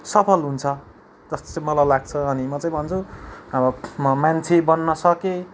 सफल हुन्छ जस्तो चाहिँ मलाई लाग्छ अनि म चाहिँ भन्छु अब म मान्छे बन्न सकेँ